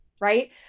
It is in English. Right